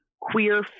queer